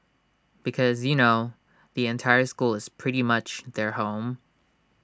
because you know the entire school is pretty much their home